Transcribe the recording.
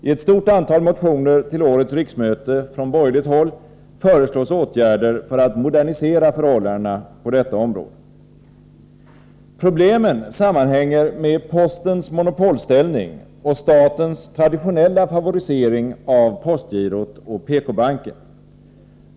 I ett stort antal motioner till årets riksmöte från borgerligt håll föreslås åtgärder för att modernisera förhållandena på detta område. Problemen sammanhänger med postens monopolställning och statens | traditionella favorisering av postgirot och PK-banken.